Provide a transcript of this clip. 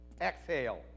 Exhale